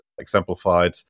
exemplified